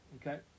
okay